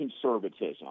conservatism